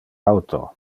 auto